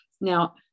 Now